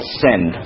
send